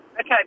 Okay